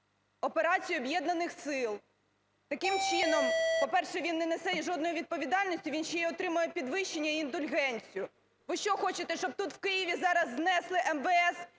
операції Об'єднаних сил. Таким чином, по-перше, він не несе і жодної відповідальності, він ще і отримує підвищення і індульгенцію. Ви що, хочете, щоб тут, в Києві, зараз знесли МВС